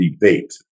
debate